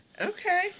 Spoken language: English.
Okay